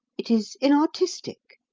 it is inartistic,